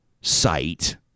site